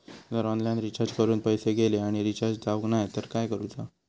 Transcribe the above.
जर online recharge करून पैसे गेले आणि रिचार्ज जावक नाय तर काय करूचा?